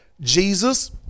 Jesus